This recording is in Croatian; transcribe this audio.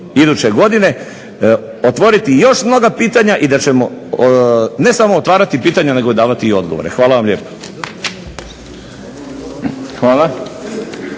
iduće godine otvoriti još mnoga pitanja i da ćemo ne samo otvarati pitanja, nego davati i odgovore. Hvala vam lijepa.